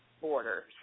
border